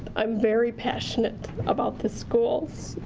i'm very passionate about this school,